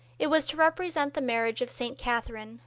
it was to represent the marriage of st. catherine,